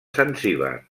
zanzíbar